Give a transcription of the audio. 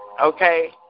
Okay